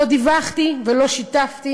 לא דיווחתי ולא שיתפתי,